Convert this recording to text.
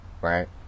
right